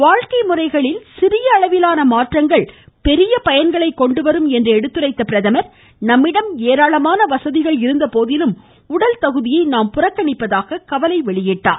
வாழ்க்கை முறைகளில் சிறிய அளவிலான மாற்றங்கள் பெரிய பயன்களைக் கொண்டுவரும் என்று எடுத்துரைத்த பிரதமர் நம்மிடம் ஏராளமான வசதிகள் இருந்தபோதிலும் உடல் தகுதியை நாம் புறக்கணிப்பதாக கவலை தெரிவித்தார்